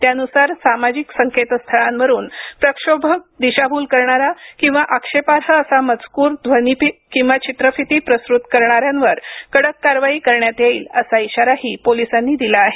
त्यानुसार सामाजिक संकेतस्थळांवरून प्रक्षोभक दिशाभूल करणारा र्किंवा आक्षेपार्ह असा मजकूर ध्वनि किंवा चित्रफिती प्रसृत करणाऱ्यांवर कडक कारवाई करण्यात येईल असा इशाराही पोलिसांनी दिला आहे